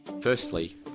Firstly